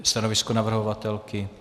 Stanovisko navrhovatelky?